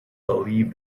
believe